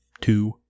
two